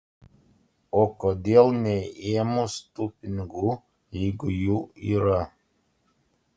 o kodėl neėmus tų pinigų jeigu jų yra